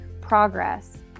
progress